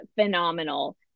phenomenal